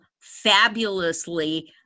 fabulously